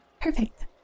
Perfect